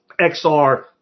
XR